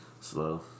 Slow